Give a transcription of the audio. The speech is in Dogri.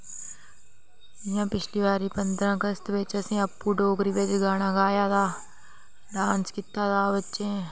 जि'यां पिछली पंदरां अगस्त बिच असें आपूं डोगरी बिच गाना गाया दा ते डांस कीते दा ओह्दे बिच में